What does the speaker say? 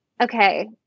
okay